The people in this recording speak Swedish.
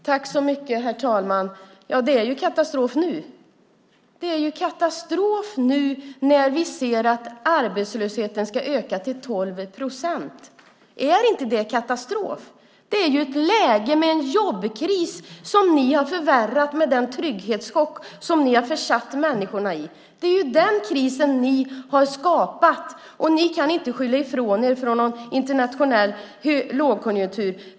Herr talman! Det är ju katastrof nu. Det är katastrof nu när vi ser att arbetslösheten ska öka till 12 procent. Är inte det katastrof? Det är ett läge med en jobbkris som ni har förvärrat med den trygghetschock som ni har försatt människorna i. Det är den krisen ni har skapat. Ni kan inte skylla på någon internationell lågkonjunktur.